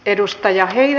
arvoisa puhemies